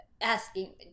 asking